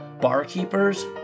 Barkeepers